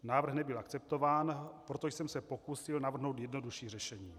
Návrh nebyl akceptován, proto jsem se pokusil navrhnout jednodušší řešení.